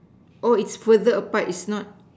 oh it's further apart it's not